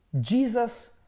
Jesus